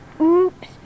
Oops